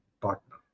partner